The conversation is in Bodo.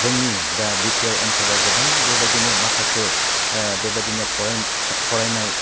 जोंनि दा बिटिआर ओनसोलाव गोबां बेबादिनो माखासे बेबादिनो फरेन फरायनाय